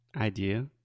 idea